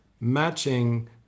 matching